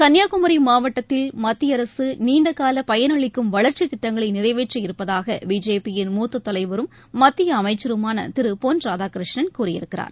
கள்ளியாகுமரிமாவட்டத்தில் மத்தியஅரசுநீண்டகாலபயனளிக்கும் வளர்ச்சித் திட்டங்களைநிறைவேற்றி இருப்பதாகபிஜேபியின் மூத்ததலைவரும் மத்தியஅமைச்சருமானதிருபொன்ராதாகிருஷ்ணன் கூறியிருக்கிறார்